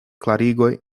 klarigoj